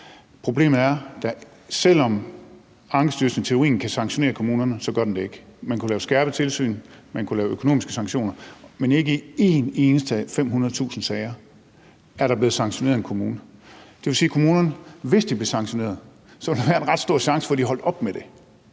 Problemet er, at selv om Ankestyrelsen i teorien kan sanktionere kommunerne, gør den det ikke. Man kunne lave skærpet tilsyn, og man kunne lave økonomiske sanktioner, men ikke i en eneste af 500.000 sager er der en kommune, der er blevet sanktioneret. Det vil sige, at hvis kommunerne blev sanktioneret, ville der være en ret stor chance for, at de holdt op med at